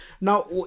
Now